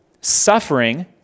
suffering